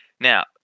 Now